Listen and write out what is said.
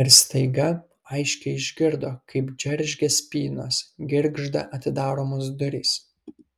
ir staiga aiškiai išgirdo kaip džeržgia spynos girgžda atidaromos durys